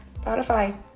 Spotify